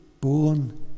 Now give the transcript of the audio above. born